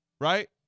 right